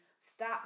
stop